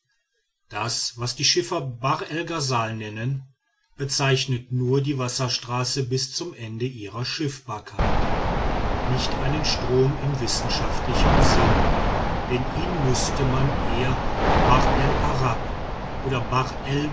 das was die schiffer bahr el ghasal nennen bezeichnet nur die wasserstraße bis zum ende ihrer schiffbarkeit nicht einen strom in wissenschaftlichem sinn denn ihn müßte man eher bahr el arab oder